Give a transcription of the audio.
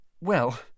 well